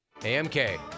AMK